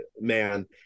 man